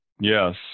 Yes